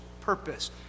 purpose